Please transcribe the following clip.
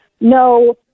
no